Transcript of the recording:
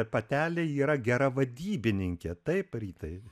patelė yra gera vadybininkė taip rytai